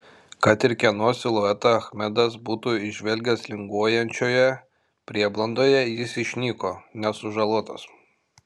kad ir kieno siluetą achmedas būtų įžvelgęs linguojančioje prieblandoje jis išnyko nesužalotas